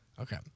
Okay